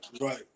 right